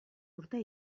urte